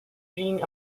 been